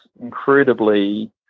Incredibly